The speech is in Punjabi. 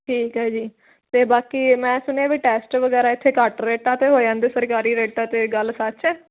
ਠੀਕ ਐ ਜੀ ਤੇ ਬਾਕੀ ਮੈਂ ਸੁਣਿਆ ਵੀ ਟੈਸਟ ਵਗੈਰਾ ਇੱਥੇ ਘੱਟ ਰੇਟਾਂ ਤੇ ਹੋ ਜਾਂਦੇ ਸਰਕਾਰੀ ਰੇਟਾਂ ਤੇ ਗੱਲ ਸੱਚ ਐ